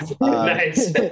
Nice